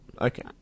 Okay